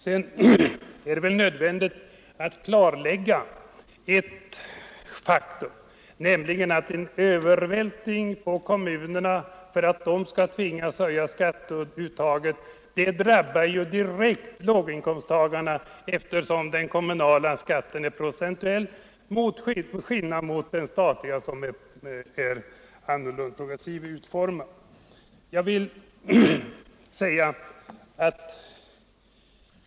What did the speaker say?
Sedan är det nödvändigt att klarlägga ett faktum, nämligen att en övervältring av utgifter på kommunerna så att de tvingas höja skatteuttaget drabbar direkt låginkomsttagarna, eftersom. den kommunala skatten är pro centuell till skillnad från den statliga som är progressivt utformad.